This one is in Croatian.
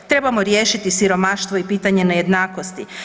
Trebamo riješiti siromaštvo i pitanje nejednakosti.